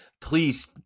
please